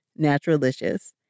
Naturalicious